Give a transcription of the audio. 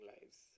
lives